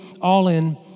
all-in